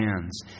hands